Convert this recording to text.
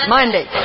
Monday